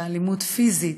אלימות פיזית,